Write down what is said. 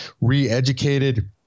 re-educated